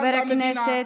חבר הכנסת,